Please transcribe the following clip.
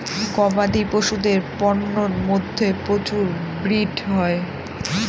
গবাদি পশুদের পন্যের মধ্যে প্রচুর ব্রিড হয়